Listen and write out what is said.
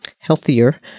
healthier